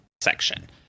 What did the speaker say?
section